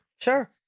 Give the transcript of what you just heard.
Sure